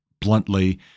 bluntly